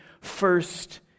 first